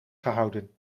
gehouden